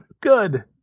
Good